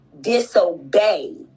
disobey